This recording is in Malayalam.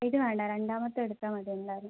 ഇത് വേണ്ട രണ്ടാമത്തെ എടുത്താൽ മതി എല്ലാവരും